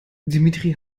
dimitri